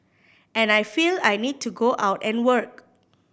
and I feel I need to go out and work